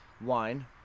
wine